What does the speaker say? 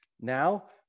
Now